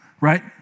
right